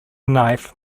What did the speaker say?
knife